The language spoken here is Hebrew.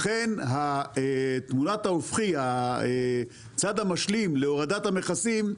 לכן תמונת ההופכי, הצד המשלים להורדת המכסים,